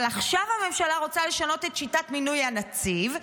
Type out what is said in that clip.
אבל עכשיו הממשלה רוצה לשנות את שיטת מינוי הנציב,